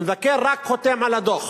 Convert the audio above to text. המבקר רק חותם על הדוח.